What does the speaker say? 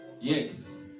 Yes